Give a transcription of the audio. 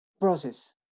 process